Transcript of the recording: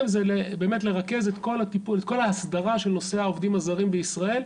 זה לרכז את כל ההסדרה של נושא העובדים הזרים בישראל.